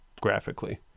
graphically